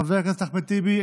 חבר הכנסת אחמד טיבי,